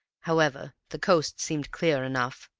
however, the coast seemed clear enough,